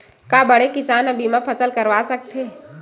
का बड़े किसान ह फसल बीमा करवा सकथे?